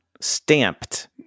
Stamped